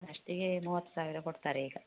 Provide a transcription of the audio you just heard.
ಫಸ್ಟಿಗೆ ಮೂವತ್ತು ಸಾವಿರ ಕೊಡ್ತಾರೆ ಈಗ